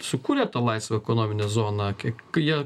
sukūrė tą laisvą ekonominę zoną kiek jie